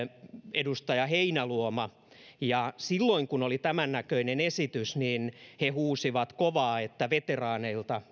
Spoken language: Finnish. edustaja heinäluoma ja silloin kun oli tämän näköinen esitys he huusivat kovaa että veteraaneilta